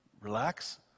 relax